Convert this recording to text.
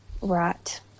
Right